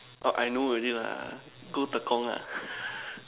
orh I know already lah go Tekong lah